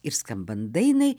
ir skambant dainai